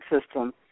system